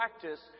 practice